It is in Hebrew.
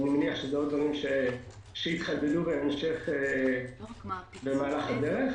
אני מניח שאלה דברים שיתחדדו בהמשך במהלך הדרך.